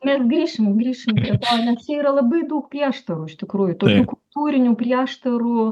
mes grįšim grįšim prie to nes yra labai daug prieštarų iš tikrųjų kultūrinių prieštarų